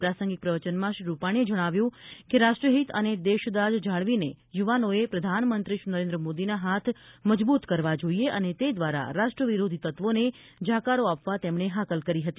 પ્રાસંગિક પ્રવચનમાં શ્રી રૂપાણીએ કહ્યું કે રાષ્ટ્રીહીત અને દેશદાઝ જાળવીને યુવાનોએ પ્રધાનમંત્રી શ્રી નરેન્દ્ર મોદીના હાથ મજબૂત કરવા જોઈએ અને તે દ્વારા રાષ્ટ્ર વિરોધી તત્વોને જાકારો આપવા તેમણે હાકલ કરી હતી